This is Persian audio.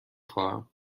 خواهم